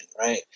right